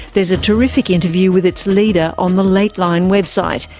there's a terrific interview with its leader on the lateline website,